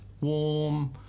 warm